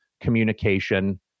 communication